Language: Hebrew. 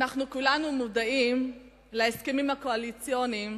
כולנו מודעים להסכמים הקואליציוניים